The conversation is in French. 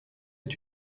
est